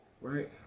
Right